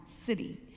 city